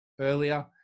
earlier